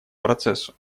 процессу